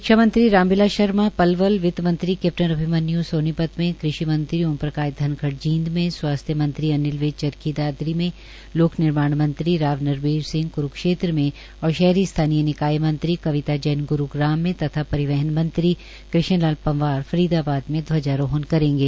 शिक्षा मंत्री राम बिलास शर्मा पलवल वित्त मंत्री कैप्टन अभिमन्य् सोनीपत में कृषि मंत्री श्री ओम प्रकाश धनखड़ जींद में स्वास्थ्य मंत्री श्री अनिल विज चरखी दादरी में लोक निर्माण मंत्री राव नरबीर सिंह कुरुक्षेत्र में शहरी स्थानीय निकाय मंत्री श्रीमती कविता जैन ग्रुग्राम में तथा परिवहन मंत्री श्री कृष्ण लाल पंवार फरीदाबाद में ध्वजारोहण करेंगे